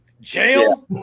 Jail